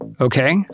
Okay